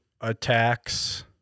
attacks